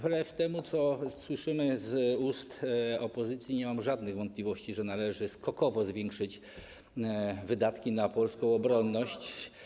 Wbrew temu, co słyszymy z ust opozycji, nie mam żadnych wątpliwości, że należy skokowo zwiększyć wydatki na polską obronność.